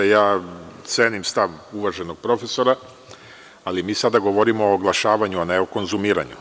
Ja cenim stav uvaženog profesora, ali mi sada govorimo o oglašavanju, a ne o konzumiranju.